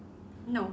no